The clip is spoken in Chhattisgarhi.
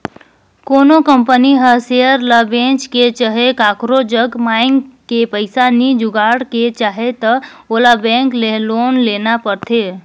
कोनो कंपनी हर सेयर ल बेंच के चहे काकरो जग मांएग के पइसा नी जुगाड़ के चाहे त ओला बेंक ले लोन लेना परथें